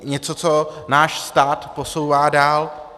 Něco, co náš stát posouvá dál.